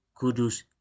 Kudus